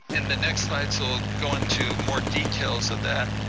and the next slides will go into more details of that.